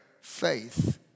faith